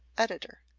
editor.